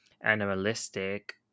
animalistic